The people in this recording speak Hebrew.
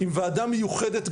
עם ועדה מיוחדת,